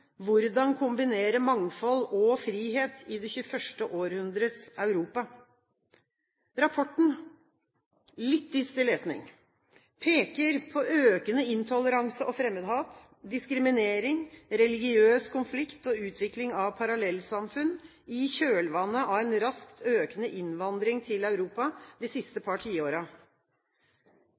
hvordan kombinere mangfold og frihet i det 21. århundrets Europa? Rapporten – litt dyster lesning – peker på økende intoleranse og fremmedhat, diskriminering, religiøs konflikt og utvikling av parallellsamfunn i kjølvannet av en raskt økende innvandring til Europa de siste par